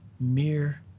Mere